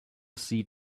see